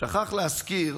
הוא שכח להזכיר